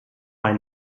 ein